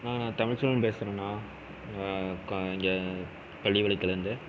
அண்ணா நான் தமிழ்ச்செல்வன் பேசுகிறேண்ணா இங்கே கடிவளத்திலேர்ந்து